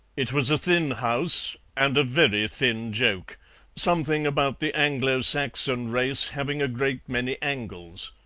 it was a thin house, and a very thin joke something about the anglo-saxon race having a great many angles.